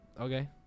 Okay